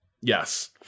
Yes